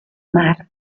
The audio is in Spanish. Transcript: mar